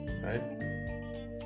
Right